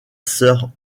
sœur